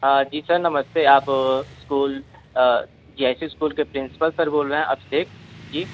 जी sir नमस्ते आप school G I C school के प्रिंसिपल सर बोल रहे हैं अभिषेक जी